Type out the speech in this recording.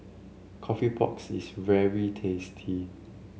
coffee pork's is very tasty